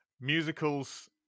Musicals